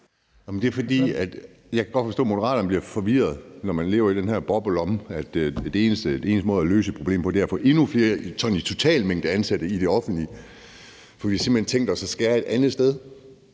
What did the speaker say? Andersen (DD): Jeg kan godt forstå, at Moderaterne bliver forvirrede, når man lever i den her boble, hvor den eneste måde at løse et problem på er ved at få en endnu større totalmængde af ansatte i det offentlige, for vi har simpelt hen tænkt os at skære et andet sted.